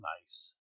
Nice